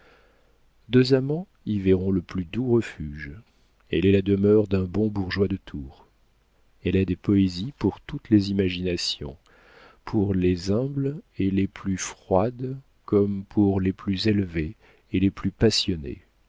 deux amants y verront le plus doux refuge elle est la demeure d'un bon bourgeois de tours elle a des poésies pour toutes les imaginations pour les plus humbles et les plus froides comme pour les plus élevées et les plus passionnées